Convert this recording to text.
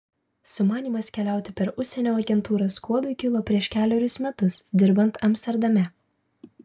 sumanymas keliauti per užsienio agentūrą skuodui kilo prieš kelerius metus dirbant amsterdame